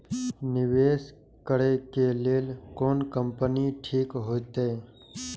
निवेश करे के लेल कोन कंपनी ठीक होते?